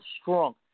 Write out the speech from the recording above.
strong